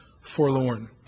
forlorn